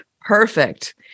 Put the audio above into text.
Perfect